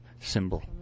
symbol